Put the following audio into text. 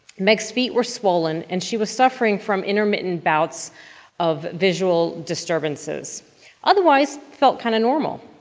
meg's feet were swollen and she was suffering from intermittent bouts of visual disturbances otherwise felt kind of normal.